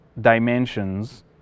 dimensions